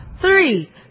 three